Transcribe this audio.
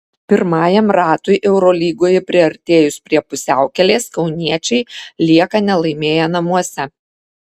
pirmajam ratui eurolygoje priartėjus prie pusiaukelės kauniečiai lieka nelaimėję namuose